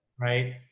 right